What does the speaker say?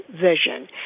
Vision